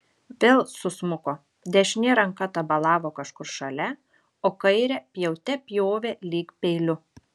vėl susmuko dešinė ranka tabalavo kažkur šalia o kairę pjaute pjovė lyg peiliu